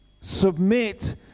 Submit